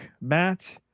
Matt